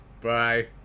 Bye